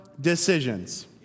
decisions